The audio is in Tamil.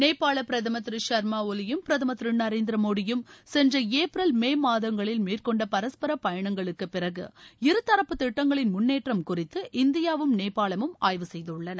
நேபாள பிரதம் திரு ஷாமா ஒலியும் பிரதம் திரு நரேந்திர மோடியும் சென்ற ஏப்ரல் மே மாதங்களில் மேற்கொண்ட பரஸ்பர பயணங்களுக்கு பிறகு இருதரப்பு திட்டங்களின் முன்னேற்றம் குறித்து இந்தியாவும் நேபாளமும் ஆய்வு செய்துள்ளன